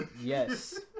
yes